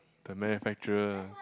the manufacturer